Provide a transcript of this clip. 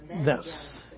Yes